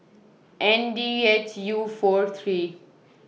N D H U four three